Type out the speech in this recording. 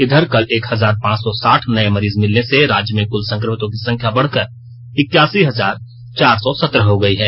इधर कल एक हजार पांच सौ आठ नए मरीज मिलने से राज्य में क्ल संक्रमितों की संख्या बढकर इक्यासी हजार चार सौ सत्रह हो गई है